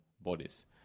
bodies